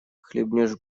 хлебнешь